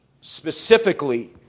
specifically